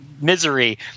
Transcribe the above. misery